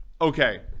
okay